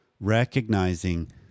recognizing